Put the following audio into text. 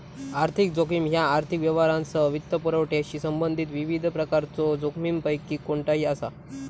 आर्थिक जोखीम ह्या आर्थिक व्यवहारांसह वित्तपुरवठ्याशी संबंधित विविध प्रकारच्यो जोखमींपैकी कोणताही असा